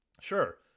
Sure